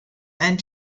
and